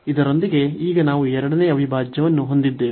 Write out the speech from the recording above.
ಇದರೊಂದಿಗೆ ಈಗ ನಾವು ಎರಡನೇ ಅವಿಭಾಜ್ಯವನ್ನು ಹೊಂದಿದ್ದೇವೆ